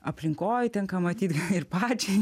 aplinkoj tenka matyt ir pačiai